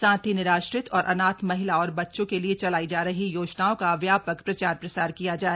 साथ ही निराश्रित और अनाथ महिला और बच्चों के लिए चलाई जा रही योजनाओं का व्यापक प्रचार प्रसार किया जाय